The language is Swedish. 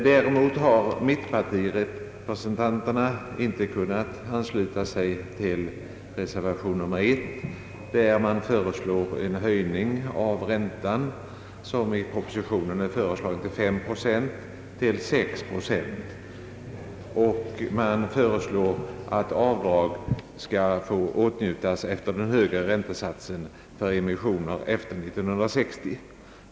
Däremot har mittenpartiernas representanter inte kunnat ansluta sig till reservation nr 1, i vilken föreslås en höjning av avdragsrätten, som i propositionen är föreslagen till 5 procent, till 6 procent. Det föreslås också att avdrag skall få åtnjutas efter den högre procentsatsen för emissioner efter år 1960.